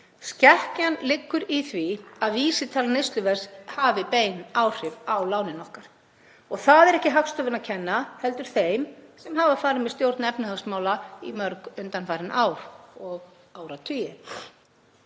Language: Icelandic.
Skekkjan liggur í því að vísitala neysluverðs hafi bein áhrif á lánin okkar. Það er ekki Hagstofunni að kenna heldur þeim sem hafa farið með stjórn efnahagsmála í mörg undanfarin ár og